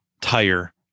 tire